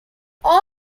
all